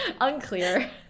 Unclear